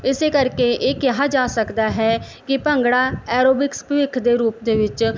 ਇਸ ਕਰਕੇ ਇਹ ਕਿਹਾ ਜਾ ਸਕਦਾ ਹੈ ਕਿ ਭੰਗੜਾ ਐਰੋਵਿਕਸ ਭਵਿੱਖ ਦੇ ਰੂਪ ਦੇ ਵਿੱਚ